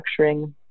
structuring